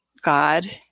God